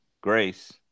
Grace